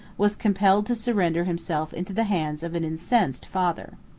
was compelled to surrender himself into the hands of an incensed father.